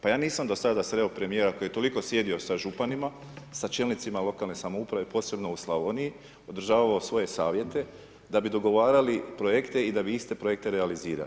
Pa ja nisam do sada sreo premijera koji je toliko sjedio sa županima, sa čelnicima lokalne samouprave, posebno u Slavoniji, održavao svoje savjete da bi dogovarali projekte i da bi iste projekte realizirali.